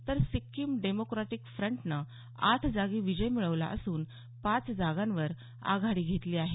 तर सिक्कीम डेमॉक्रॉटीक फ्रंटनं आठ जागी विजय मिळवला असून पाच जागी आघाडी घेतली आहे